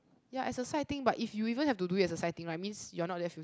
ya as a side thing but if you even have to do it as a side thing right means you're not that full